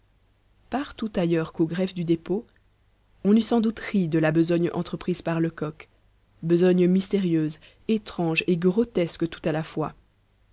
partout ailleurs qu'au greffe du dépôt on eût sans doute ri de la besogne entreprise par lecoq besogne mystérieuse étrange et grotesque tout à la fois